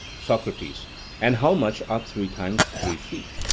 socrates and how much are three times three feet?